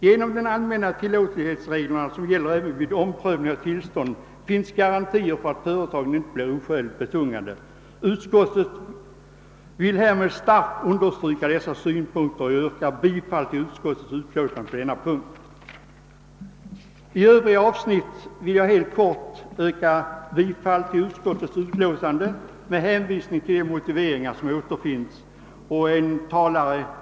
Genom de allmänna tillåtlighetsreglerna, som gäller även vid omprövning av tillstånd, finns garantier för att företagen inte blir oskäligt betungande. Utskottet vill starkt understryka dessa synpunkter och jag yrkar bifall till utskottets hemställan på denna punkt.